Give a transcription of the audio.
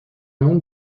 مون